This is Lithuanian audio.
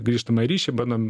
grįžtamąjį ryšį bandom